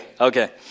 Okay